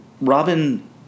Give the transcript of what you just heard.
Robin